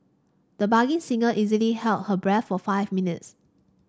the budding singer easily held her breath for five minutes